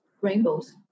rainbows